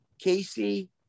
Casey